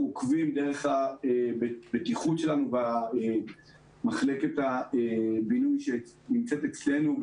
אנחנו עוקבים דרך אגף הבטיחות שלנו ומחלקת הבינוי שנמצאת אצלנו,